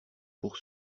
pour